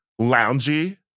loungy